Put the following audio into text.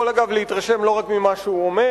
דרך אגב הוא יכול להתרשם לא רק ממה שהוא אומר,